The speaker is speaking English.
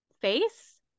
face